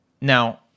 Now